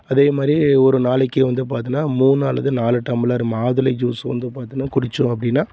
அதே மாதிரி ஒரு நாளைக்கு வந்து பார்த்தின்னா மூணு அல்லது நாலு டம்ளர் மாதுளை ஜூஸ் வந்து பார்த்தின்னா குடித்தோம் அப்படின்னா